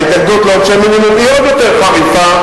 ההתנגדות לעונשי מינימום היא עוד יותר חריפה,